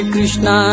Krishna